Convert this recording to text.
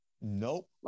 Nope